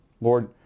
Lord